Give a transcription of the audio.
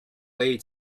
lay